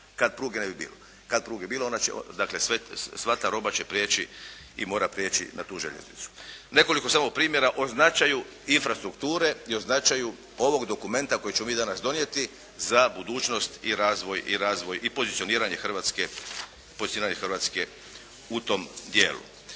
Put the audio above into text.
kada pruge ne bi bilo. Kada pruge bilo, dakle, sva ta roba će prijeći i mora prijeći na tu željeznicu. Nekoliko samo primjera o značaju infrastrukture i o značaju ovog dokumenta koji ćemo mi danas donijeti za budućnost i razvoj, i razvoj i pozicioniranje Hrvatske u tom dijelu.